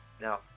Now